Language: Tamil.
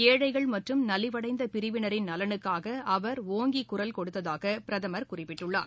ஏழைகள் மற்றும் நலிவடைந்தபிரிவினரின் நலனுக்காகஅவர் ஓங்கிகுரல் கொடுத்ததாகபிரதமர் குறிப்பிட்டுள்ளார்